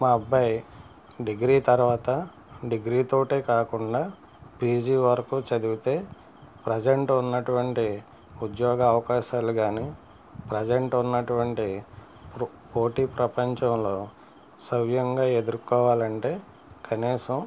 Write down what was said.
మా అబ్బాయి డిగ్రీ తర్వాత డిగ్రీ తోటే కాకుండా పీజీ వరకు చదివితే ప్రెజెంట్ ఉన్నటువంటి ఉద్యోగ అవకాశాలు కానీ ప్రెజెంట్ ఉన్నటువంటి పోటీ ప్రపంచంలో సవ్యంగా ఎదురుకోవాలి అంటే కనీసం